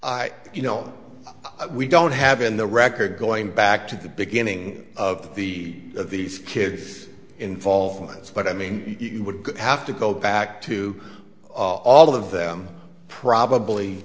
i you know we don't have in the record going back to the beginning of the of these kids involvements but i mean you would have to go back to all of them probably